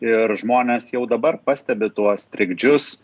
ir žmonės jau dabar pastebi tuos trikdžius